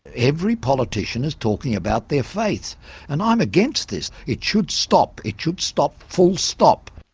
every politician is talking about their faith and i'm against this. it should stop. it should stop full-stop.